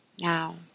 Now